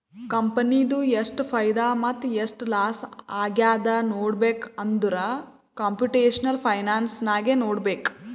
ಕಂಪನಿದು ಎಷ್ಟ್ ಫೈದಾ ಮತ್ತ ಎಷ್ಟ್ ಲಾಸ್ ಆಗ್ಯಾದ್ ನೋಡ್ಬೇಕ್ ಅಂದುರ್ ಕಂಪುಟೇಷನಲ್ ಫೈನಾನ್ಸ್ ನಾಗೆ ನೋಡ್ಬೇಕ್